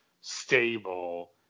stable